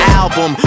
album